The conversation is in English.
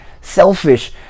selfish